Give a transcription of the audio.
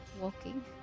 walking